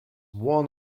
one